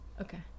okay